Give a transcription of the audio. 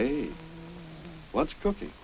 hey let's go see